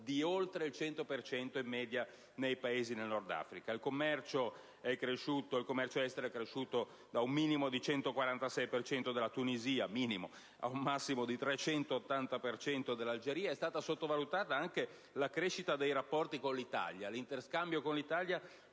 di oltre il 100 per cento in media nei Paesi del Nord Africa. Il commercio estero è cresciuto da un minimo del 146 per cento della Tunisia a un massimo del 380 per cento dell'Algeria; è stata sottovalutata anche la crescita dei rapporti con l'Italia: l'interscambio con l'Italia,